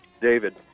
David